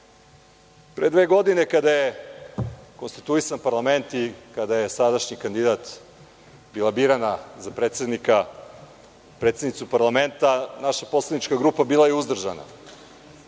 dve godine kada je konstituisan parlament i kada je sadašnji kandidat bila birana za predsednicu parlamenta, naša poslanička grupa bila je uzdržana.